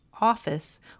office